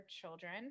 children